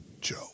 Joe